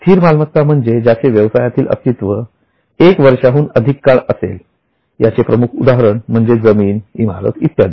स्थिर मालमत्ता म्हणजे ज्याचे व्यवसायातील अस्तित्व एक वर्षाहून अधिक काळ असेल याचे प्रमुख उदाहरण म्हणजे जमीन इमारत इत्यादी